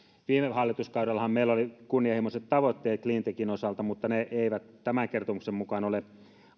hallituskaudellahan meillä oli kunnianhimoiset tavoitteet cleantechin osalta mutta ne eivät tämän kertomuksen mukaan ole